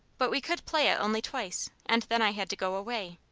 but we could play it only twice, and then i had to go away.